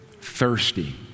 thirsty